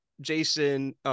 Jason